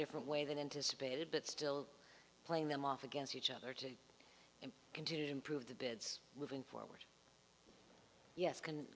different way than anticipated but still playing them off against each other to continue to improve the bids moving forward yes can